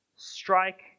Strike